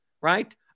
right